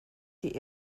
die